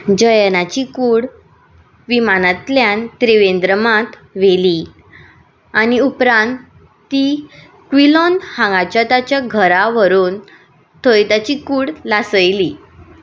जयनाची कूड विमानांतल्यान त्रिवेंद्रमांत व्हेली आनी उपरांत ती क्विलोन हांगाच्या ताच्या घरा व्हरून थंय ताची कूड लासयली